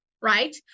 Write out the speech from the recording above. Right